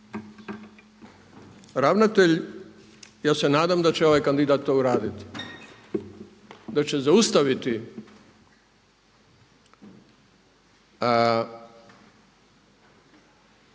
ravnatelj, ja se nadam da će ovaj kandidat to uraditi, da će zaustaviti